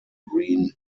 green